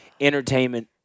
entertainment